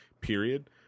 period